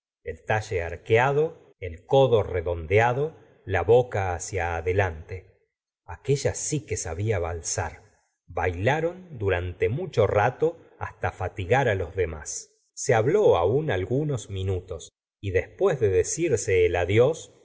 el talle arqueado el la señora de bovary tomo i gustavo flaubert codo redondeado la boca hacia adelante aquella sí que sabía valsar bailaron durante mucho rato hasta fatigar a los demás se habló aún algunos minutos y después de decirse el adiós